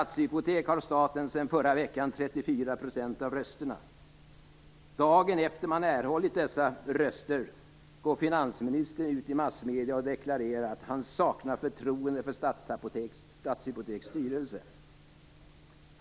I Statshypotek har staten sedan förra veckan 34 % av rösterna. Dagen efter det att man erhållit dessa röster går finansministern ut i massmedierna och deklarerar att han saknar förtroende för Statshypoteks styrelse.